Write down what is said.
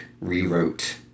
rewrote